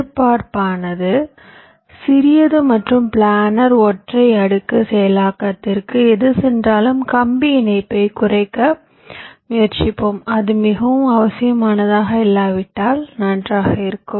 எதிர்ப்பானது சிறியது மற்றும் பிளானர் ஒற்றை அடுக்கு செயலாக்கத்திற்கு எது சென்றாலும் கம்பி இணைப்பைக் குறைக்க முயற்சிப்போம் அது மிகவும் அவசியமானதாக இல்லாவிட்டால் நன்றாக இருக்கும்